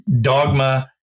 dogma